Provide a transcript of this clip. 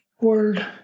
world